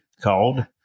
called